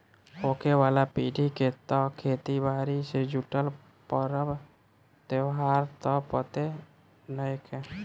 होखे वाला पीढ़ी के त खेती बारी से जुटल परब त्योहार त पते नएखे